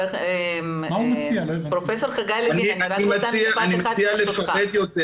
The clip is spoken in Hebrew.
אני מציע לפרט יותר.